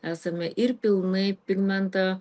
esame ir pilnai pigmentą